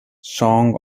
song